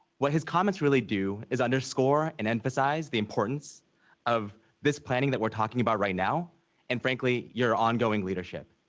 what his comments really do is underscore and emphasize the importance of this planning that we're talking about right now and frankly, your ongoing leadership.